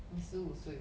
你十五岁 [what]